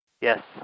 Yes